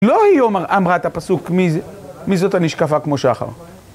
לא היא אמ.. אמרה את הפסוק מי ז... מי זאת הנשקפה כמו שחר.